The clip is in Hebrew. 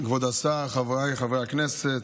כבוד השר, חבריי חברי הכנסת,